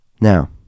Now